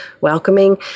welcoming